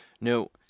No